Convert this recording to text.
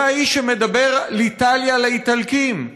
זהו האיש שמדבר על "איטליה לאיטלקים".